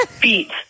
beat